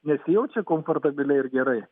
nesijaučia komfortabiliai ir gerai